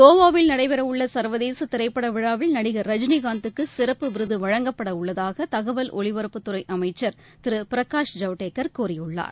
கோவாவில் நடைபெறவுள்ள சர்வதேச திரைப்பட விழாவில் நடிகர் ரஜினி காந்துக்கு சிறப்பு விருது வழங்கப்படவுள்ளதாக தகவல் ஒலிபரப்புத்துறை அமைச்சர் திரு பிரகாஷ் ஜவடேகர் கூறியுள்ளார்